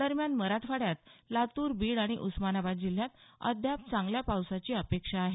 दरम्यान मराठवाड्यात लातूर बीड आणि उस्मानाबाद जिल्ह्यात अद्याप चांगल्या पावसाची अपेक्षा आहे